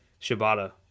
Shibata